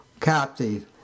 captive